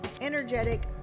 energetic